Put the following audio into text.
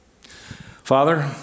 Father